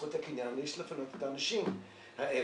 בזכות הקניין, יש לפנות את האנשים האלה.